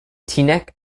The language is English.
teaneck